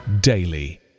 daily